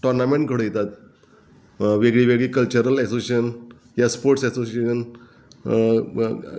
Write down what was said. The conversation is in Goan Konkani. टोर्नामेंट घडयतात वेगळीवेगळी कल्चरल एसोसिएशन ह्या स्पोर्ट्स एसोशिएशन